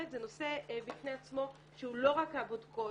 זה נושא בפני עצמו שהוא לא רק הבודקות.